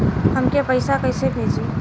हमके पैसा कइसे भेजी?